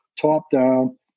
top-down